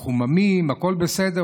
מחוממים, הכול בסדר.